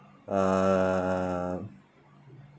um